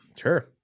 Sure